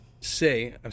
say